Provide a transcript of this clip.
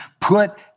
put